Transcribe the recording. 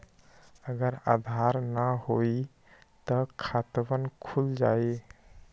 अगर आधार न होई त खातवन खुल जाई?